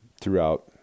throughout